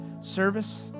service